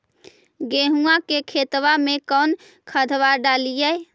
गेहुआ के खेतवा में कौन खदबा डालिए?